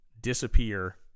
disappear